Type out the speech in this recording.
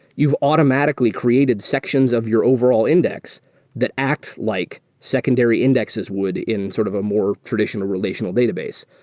you've automatically created sections of your overall index that acts like secondary indexes would in sort of a more traditional relational database.